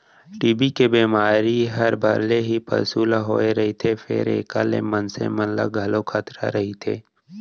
TB के बेमारी हर भले ही पसु ल होए रथे फेर एकर ले मनसे मन ल घलौ खतरा रइथे